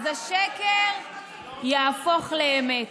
השקר ייהפך לאמת.